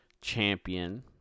champion